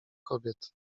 kobiet